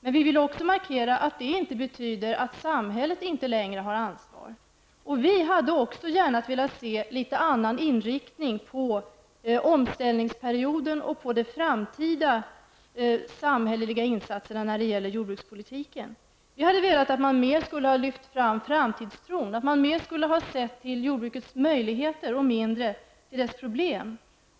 Men vi vill markera att det inte betyder att samhället inte längre har ansvar. Vi hade också velat se en något annan inriktning när det gällde omställningsperioden och de framtida samhälleliga insatserna inom jordbrukspolitiken. Vi hade velat att man mer lyft fram framtidstron och mer sett till jordbrukets möjligheter och mindre till dess problem.